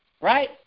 right